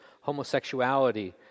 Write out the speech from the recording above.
homosexuality